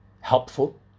helpful